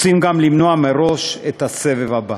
רוצים גם למנוע מראש את הסבב הבא.